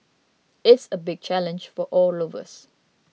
it's a big challenge for all of us